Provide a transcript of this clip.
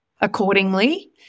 accordingly